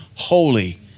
holy